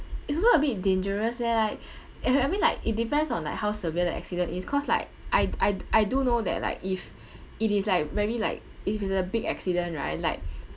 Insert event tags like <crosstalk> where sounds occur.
it's also a bit dangerous leh like <laughs> I mean like it depends on like how severe the accident is cause like I d~ I d~ I do know that like if it is like very like if it's a big accident right like